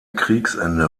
kriegsende